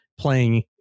Playing